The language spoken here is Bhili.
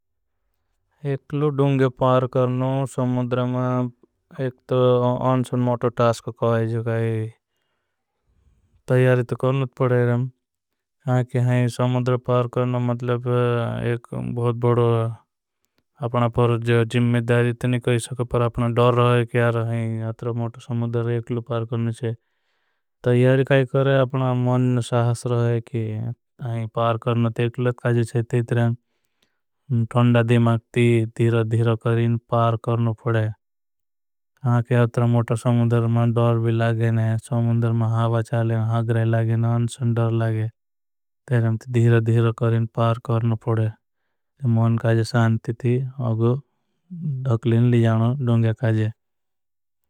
एकलो डुंगे पार करनो समुद्र में एक तो। आंसन मोटो टास्क कहा है जो गाई तो। करने पड़े रहा हैं पार करना मतलब एक। बहुत बड़ो अपना पर जो जिम्मेधारी तो नहीं कही सके अपना। डर रहा है कि अतर मोटो समुद्र एकलू पार करना है यारी काई। करें अपना मन साहस रहा है कि नहीं पार करना तो एकलूत। काज़े से थी तरहं धिरो धिरो करें पार करना। फ़ड़े कि इतना मोटों समंदर मे डर लागे से समुन्द्र मे हवा चाले। से डर लागे पर इन ने धीरे धीरे पार कारण पड़े मन का जो शांति। थी अकले जान नौ।